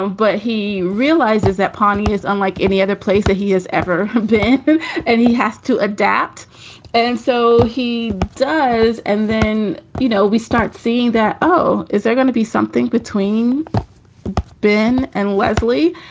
um but he realizes that paani is unlike any other place that he has ever been and he has to adapt and so he does and then, you know, we start seeing that, oh, is there going to be something between ben and leslie?